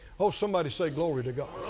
oh, somebody say glory to god.